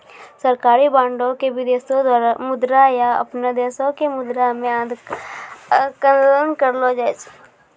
सरकारी बांडो के विदेशी मुद्रा या अपनो देशो के मुद्रा मे आंकलन करलो जाय सकै छै